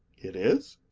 it is?